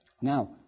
Now